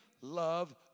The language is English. love